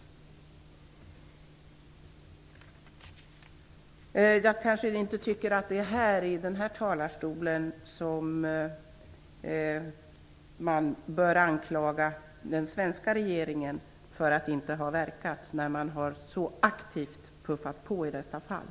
Det är kanske inte från den här talarstolen som man bör anklaga den svenska regeringen för att inte ha verkat, eftersom den så aktivt har ''puffat på'' i dessa fall.